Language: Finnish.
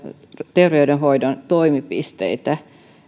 terveydenhoidon toimipisteitä